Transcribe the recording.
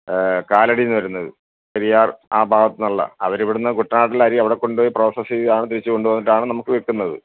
കാലടിന്ന് വരുന്നത് പെരിയാർ ആ ഭാഗത്തെന്നുള്ള അവരിവിടന്ന് കുട്ടനാട്ടിലെ അരി അവിടെ കൊണ്ടുപോയി പ്രോസസ്സ് ചെയ്താണ് തിരിച്ച് കൊണ്ടുവന്നിട്ടാണ് നമുക്ക് വിക്കുന്നത്